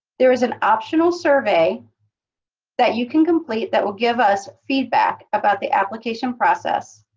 there is an optional survey that you can complete that will give us feedback about the application process